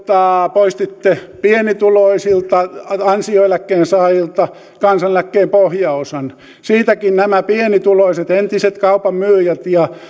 poistitte pienituloisilta ansioeläkkeensaajilta kansaneläkkeen pohjaosan siitäkin nämä pienituloiset entiset kaupan myyjät ja